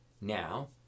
now